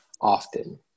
often